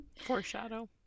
foreshadow